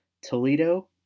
Toledo